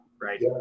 Right